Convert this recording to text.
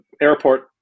airport